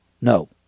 No